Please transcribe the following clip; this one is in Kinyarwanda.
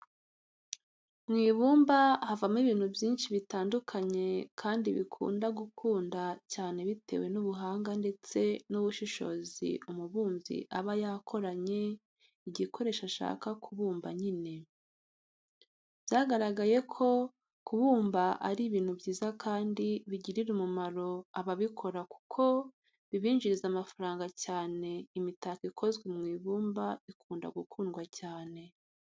Mu ibumba havamo ibintu byinshi bitandukanye kandi bikunda gukunda cyane bitewe n'ubuhanga ndetse n'ubushishozi umubumbyi aba yakoranye igikoresho ashaka kubumba nyine. Byagaragaye ko kubumba ari ibintu byiza kandi bigirira umumaro ababikora kuko bibinjiriza amafaranga cyane imitako ikozwe mu ibumba ikunda gukundwa cyane